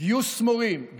גיוס מורים,